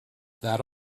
that